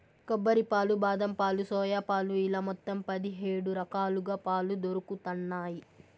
కొబ్బరి పాలు, బాదం పాలు, సోయా పాలు ఇలా మొత్తం పది హేడు రకాలుగా పాలు దొరుకుతన్నాయి